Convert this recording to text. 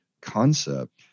concept